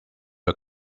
are